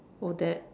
Odette